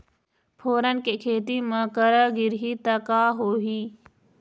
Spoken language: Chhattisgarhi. फोरन के खेती म करा गिरही त का होही?